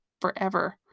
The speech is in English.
forever